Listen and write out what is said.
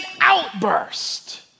outburst